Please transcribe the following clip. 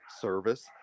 service